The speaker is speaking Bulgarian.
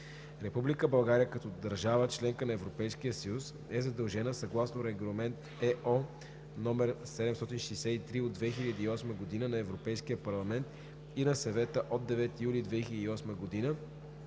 Република България като държава – членка на Европейския съюз, е задължена съгласно Регламент (ЕО) № 763/2008 на Европейския парламент и на Съвета от 9 юли 2008 г.